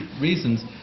reasons